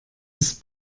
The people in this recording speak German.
ist